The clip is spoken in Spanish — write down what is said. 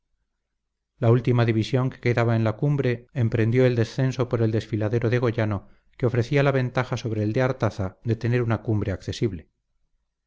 la última división que quedaba en la cumbre emprendió el descenso por el desfiladero de goyano que ofrecía la ventaja sobre el de artaza de tener una cumbre accesible